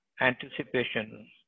anticipation